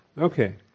Okay